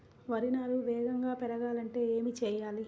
వరి నారు వేగంగా పెరగాలంటే ఏమి చెయ్యాలి?